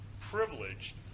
privileged